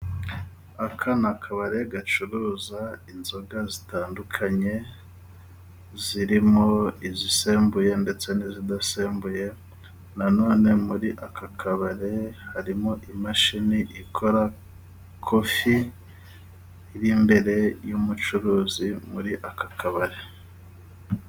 Aka ni akabare gacuruza inzoga zitandukanye, zirimo izisembuye ndetse n'izidasembuye na none muri aka kabari harimo imashini ikora kofi, iri imbere y'umucuruzi muri aka kabari.